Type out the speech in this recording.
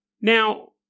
Now